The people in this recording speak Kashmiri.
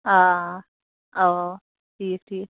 آ اَوا ٹھیٖک ٹھیٖک